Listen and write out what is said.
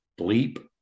bleep